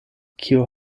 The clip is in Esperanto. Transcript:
kiu